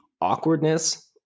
awkwardness